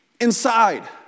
inside